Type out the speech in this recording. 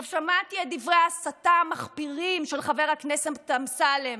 שמעתי את דברי ההסתה המחפירים של חבר הכנסת אמסלם,